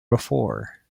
before